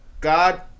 God